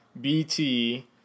BT